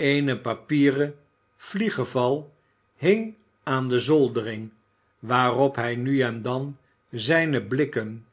eene papieren vliegenval hing aan de zoldering waarop hij nu en dan zijne blikken